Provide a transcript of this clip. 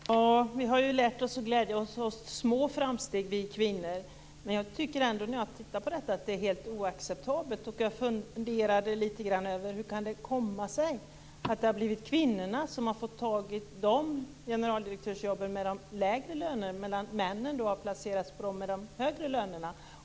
Fru talman! Vi har lärt oss att glädja oss åt små framsteg, vi kvinnor. Men jag tycker ändå när jag tittar på siffrorna att det är helt oacceptabelt. Jag funderade litet grand över hur det kan komma sig att kvinnorna har fått ta generaldirektörsjobben med de lägre lönerna, medan männen har placerats på dem med de högre lönerna.